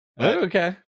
Okay